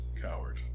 Coward